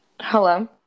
Hello